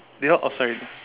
they all outside already